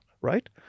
right